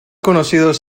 conocidos